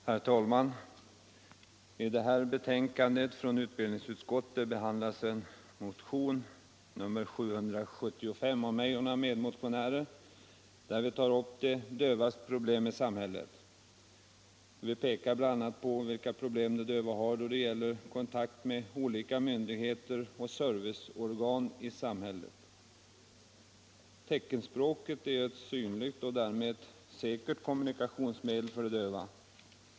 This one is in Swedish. Herr talman! I det här betänkandet från utbildningsutskottet behandlas en motion, nr 775, av mig och några medmotionärer, där vi tar upp de dövas problem i samhället. Vi pekar bl.a. på vilka problem de döva har då det gäller kontakt med olika myndigheter och serviceorgan. Teckenspråket är ett synligt och därmed säkert kommunikationsmedel för de döva.